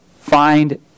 find